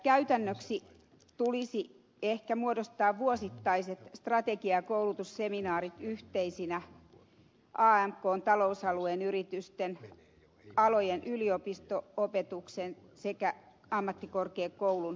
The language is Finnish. käytännöksi tulisi ehkä muodostaa vuosittaiset strategia ja koulutusseminaarit yhteisinä amkn talousalueen yritysten alojen yliopisto opetuksen sekä ammattikorkeakoulun kanssa